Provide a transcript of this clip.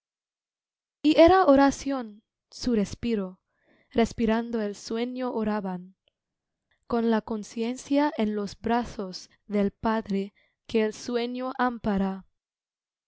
y era oración su respiro respirando el sueño oraban con la conciencia en los brazos del padre que el sueño